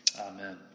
Amen